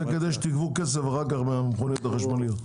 זה כדי שתגבו כסף אחר כך מהמכוניות החשמליות.